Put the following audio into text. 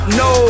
no